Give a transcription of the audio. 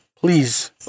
Please